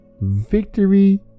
victory